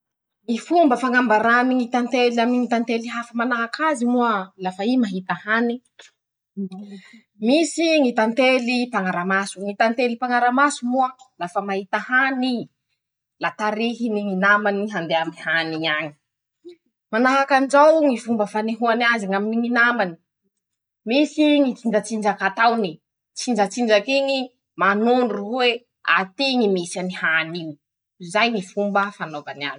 Ñy fomba fañambarany ñy tantely aminy ñy tantely hafa manahaky azy moa lafa i mahita hany: -Misy ñy tantely mpañaramaso. ñy tantely mpañaramaso moa. lafa mahita hany i. la tarihiny ñy namany handeha aminy ñy hany iñy añy ;manahaky anizao ñy fomba fanehoany azy aminy ñy namany. misy ñy tsinjatsinjaky ataony. tsinjatsinjak'iñy manondro hoe "aty ñy misy any hany iñy ",zay ñy fopmba fanaovany azy.